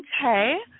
Okay